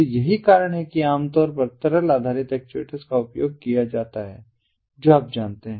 तो यही कारण है कि आमतौर पर तरल आधारित एक्चुएटर्स का उपयोग किया जाता है जो आप जानते हैं